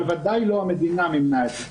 אבל ודאי לא המדינה מימנה את זה.